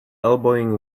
elbowing